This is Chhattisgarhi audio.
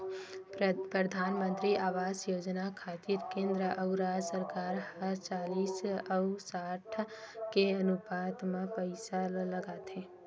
परधानमंतरी आवास योजना खातिर केंद्र अउ राज सरकार ह चालिस अउ साठ के अनुपात म पइसा लगाथे